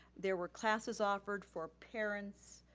there were classes offered for parents,